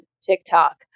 TikTok